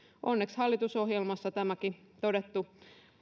onneksi hallitusohjelmassa tämäkin todettu